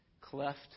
cleft